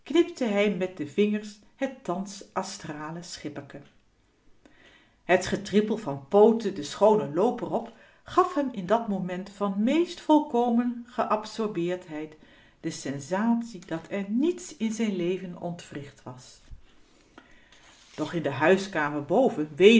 knipte hij met de vingers het thans astrale schipperke het getrippel van pooten den schoonen looper op gaf hem in dat moment van meest volkomen geabsorbeerdheid de sensatie dat er niets in zijn leven ontwricht was doch in de huiskamer boven